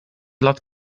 lat